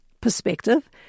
perspective